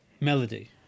Melody